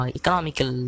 economical